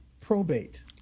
probate